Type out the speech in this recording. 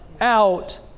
out